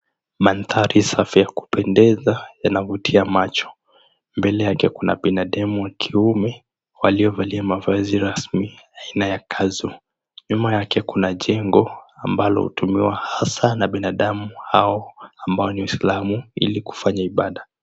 Mandhari safi ya kupendeza, yanavutia macho. Mbele yake kuna binadamu wa kiume, waliovalia mavazi rasmi aina ya kanzu. Nyuma yake kuna jengo ambalo hutumiwa hasa na binadamu hao, ambao ni waislamu ili kufanya ibada.